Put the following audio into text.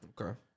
Okay